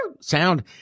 sound